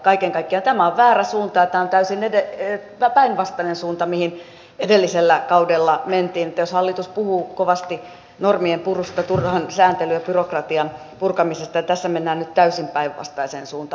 kaiken kaikkiaan tämä on väärä suunta ja tämä on täysin päinvastainen suunta kuin mihin edellisellä kaudella mentiin niin että jos hallitus puhuu kovasti normienpurusta turhan sääntelyn ja byrokratian purkamisesta niin tässä mennään nyt täysin päinvastaiseen suuntaan